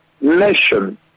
nation